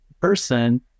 person